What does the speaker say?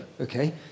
okay